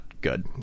good